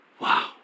Wow